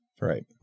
Right